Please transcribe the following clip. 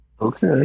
Okay